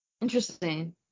Interesting